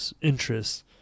interests